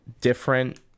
different